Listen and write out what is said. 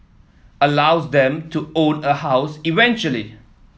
allows them to own a house eventually